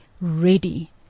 ready